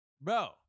Bro